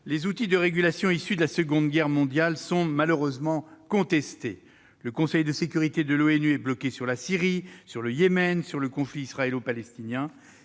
les outils de régulation issus de la Seconde Guerre mondiale sont malheureusement contestés : le Conseil de sécurité de l'ONU est bloqué sur la Syrie, sur le Yémen, sur le conflit israélo-palestinien.